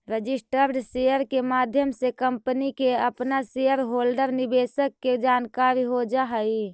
registered share के माध्यम से कंपनी के अपना शेयर होल्डर निवेशक के जानकारी हो जा हई